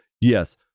Yes